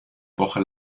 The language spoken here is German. woche